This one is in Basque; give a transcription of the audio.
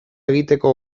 egiteko